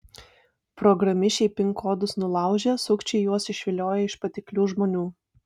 programišiai pin kodus nulaužia sukčiai juos išvilioja iš patiklių žmonių